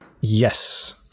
Yes